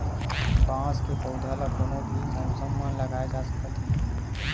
बांस के पउधा ल कोनो भी मउसम म लगाए जा सकत हे